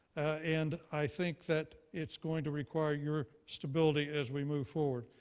and i think that it's going to require your stability as we move forward.